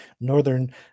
Northern